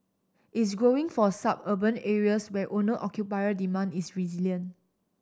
is growing for suburban areas where owner occupier demand is resilient